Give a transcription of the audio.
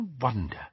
wonder